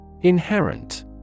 Inherent